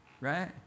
Right